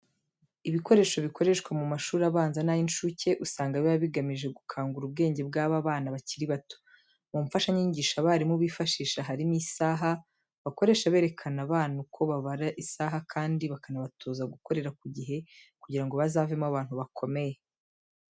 Ibikoresho bikoreshwa mu mashuri abanza n'ay'inshuke, usanga biba bigamije gukangura ubwenge bw'aba bana bakiri bato. Mu mfashanyigisho abarimu bifashisha harimo isaha bakoresha bereka abana uko babara isaha kandi bakanabatoza gukorera ku gihe kugira ngo bazavemo abantu bakomeye.